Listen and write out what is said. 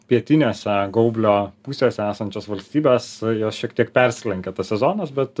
pietiniuose gaublio pusėse esančios valstybės jos šiek tiek perslenka tas sezonas bet